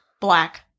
black